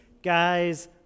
guys